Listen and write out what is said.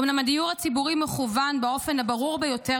אומנם הדיור הציבורי מכוון באופן הברור ביותר